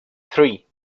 three